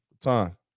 Time